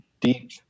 deep